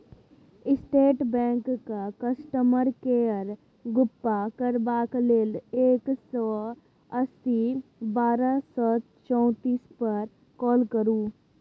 state बैंकक customer केयरसँ गप्प करबाक लेल एक सय अस्सी बारह सय चौतीस पर काँल करु